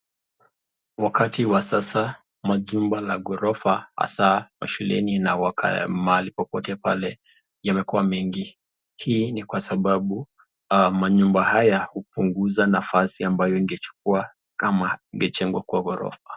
Wakati wa sasa majumba la ghorofa hasa shuleni na mahali popote pale, yamekuwa mingi, hii ni kwasababu manyumba haya hupunguza nafasi ambayo ingechukua kama ingejengwa kwa ghorofa.